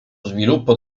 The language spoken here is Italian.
sviluppo